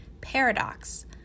Paradox